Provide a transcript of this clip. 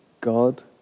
God